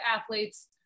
athletes